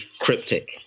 cryptic